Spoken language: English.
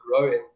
growing